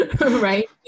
right